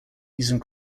using